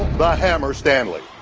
but hammer stanley.